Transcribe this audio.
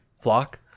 Flock